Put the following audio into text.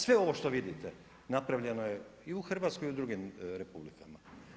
Sve ovo što vidite, napravljeno je i u Hrvatskoj i u drugim republikama.